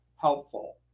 helpful